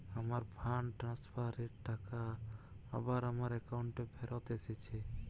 আমার fund transfer এর টাকা আবার আমার একাউন্টে ফেরত এসেছে